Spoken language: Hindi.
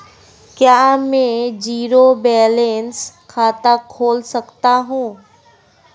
क्या मैं ज़ीरो बैलेंस खाता खोल सकता हूँ?